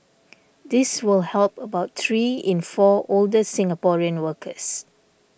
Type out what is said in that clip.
this will help about three in four older Singaporean workers